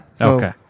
Okay